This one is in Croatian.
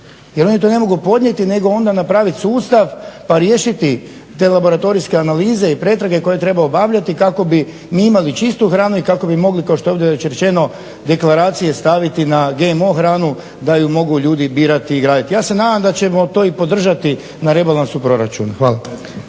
jer oni to ne mogu podnijeti nego onda napravit sustav pa riješiti te laboratorijske analize i pretrage koje treba obavljati kako bi mi imali čistu hranu i kako bi mogli kao što je ovdje već rečeno deklaracije staviti na GMO hranu da ju mogu ljudi birati i …/Ne razumije se./…. Ja se nadam da ćemo to i podržati na rebalansu proračuna.